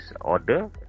order